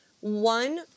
One